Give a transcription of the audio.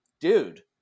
dude